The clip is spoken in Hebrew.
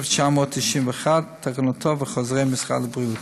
1991, תקנותיו וחוזרי משרד הבריאות.